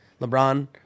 LeBron